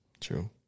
True